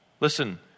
Listen